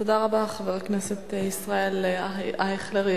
תודה רבה, חבר הכנסת ישראל אייכלר.